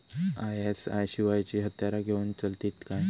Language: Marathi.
आय.एस.आय शिवायची हत्यारा घेऊन चलतीत काय?